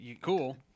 Cool